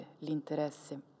l'interesse